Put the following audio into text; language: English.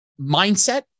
mindset